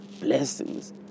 blessings